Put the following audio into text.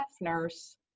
nurse